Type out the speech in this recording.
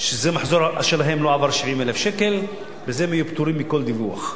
שהמחזור שלהם לא עבר 70,000 שקל והם יהיו פטורים מכל דיווח.